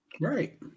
Right